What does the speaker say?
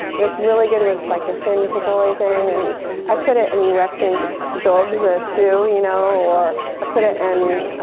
it's really good with like a thin pickly thing. and i put it in western daubes or stew. you know or i put it in